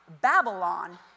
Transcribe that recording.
Babylon